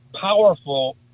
powerful